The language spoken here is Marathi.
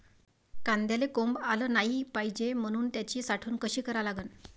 कांद्याले कोंब आलं नाई पायजे म्हनून त्याची साठवन कशी करा लागन?